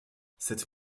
cette